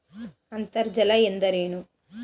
ಅಂತರ್ಜಲ ಎಂದರೇನು?